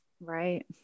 Right